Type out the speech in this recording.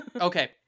Okay